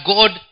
God